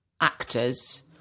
actors